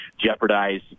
jeopardize